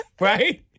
Right